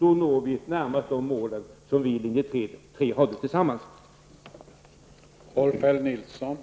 Då når vi bäst de mål som vi i linje 3 tillsammans har uppställt.